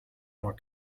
more